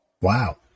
wow